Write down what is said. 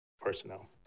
personnel